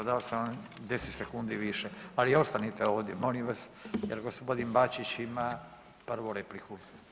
Dao sam vam 10 sekundi više, ali ostanite ovdje molim vas, jer gospodin Bačić ima prvu repliku.